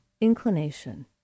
inclination